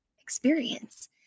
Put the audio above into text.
experience